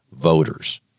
voters